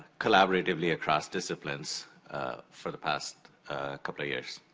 collaboratively, across disciplines for the past couple of years.